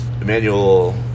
Emmanuel